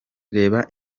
reba